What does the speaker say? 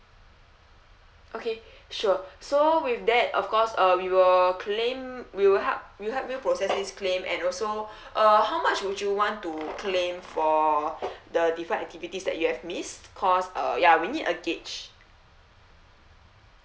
okay sure so with that of course uh we will claim we will help we'll help you process this claim and also uh how much would you want to like claim for the defined activities that you have missed cause uh ya we need a gauge